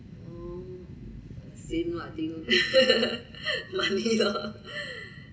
mm same lah I think money loh